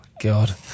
god